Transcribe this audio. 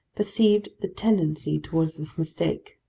perceived the tendency towards this mistake,